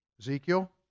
Ezekiel